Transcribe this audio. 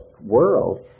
world